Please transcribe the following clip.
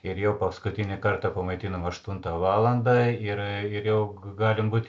ir jau paskutinį kartą pamaitinam aštuntą valandą ir ir jau galim būt